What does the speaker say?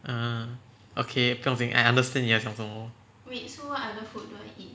ah okay 不用紧 I understand 你在讲什么